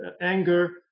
anger